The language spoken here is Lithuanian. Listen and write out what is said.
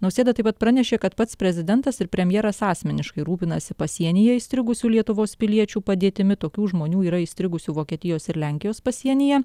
nausėda taip pat pranešė kad pats prezidentas ir premjeras asmeniškai rūpinasi pasienyje įstrigusių lietuvos piliečių padėtimi tokių žmonių yra įstrigusių vokietijos ir lenkijos pasienyje